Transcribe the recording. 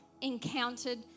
encountered